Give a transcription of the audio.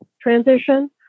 transition